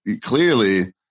clearly